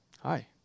Hi